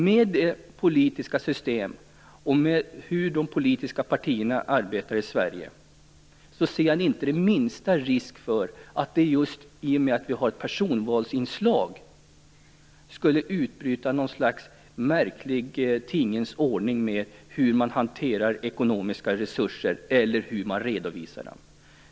Med det politiska system vi har i Sverige och med det sätt som våra politiska partier arbetar på ser jag inte den minsta risk för att det just genom personvalsinslaget skulle utbryta något slags märklig tingens ordning när det gäller hur man hanterar eller redovisar ekonomiska resurser.